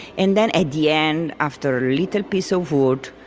and then at the end, after a little piece of wood,